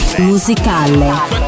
musicale